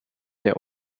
der